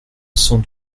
sans